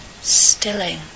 stilling